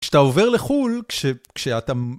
כשאתה עובר לחו"ל, כשאתה...